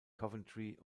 coventry